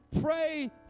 Pray